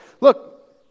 look